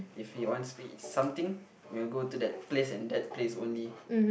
if he wants to eat something we'll go to that place and that place only